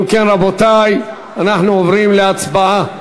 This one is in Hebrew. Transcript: אם כן, רבותי, אנחנו עוברים להצבעה.